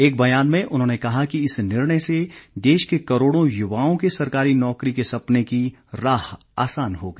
एक बयान में उन्होंने कहा कि इस निर्णय से देश के करोड़ों युवाओं के सरकारी नौकरी के सपने की राह आसान होगी